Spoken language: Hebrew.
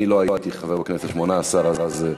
אני לא הייתי חבר בכנסת השמונה-עשרה, אז,